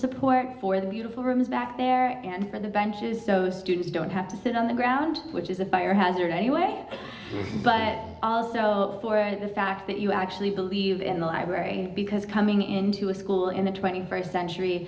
support for the beautiful rooms back there and for the benches those students don't have to sit on the ground which is a fire hazard anyway but also explored the fact that you actually believe in the library because coming into a school in the twenty first century